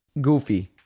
Goofy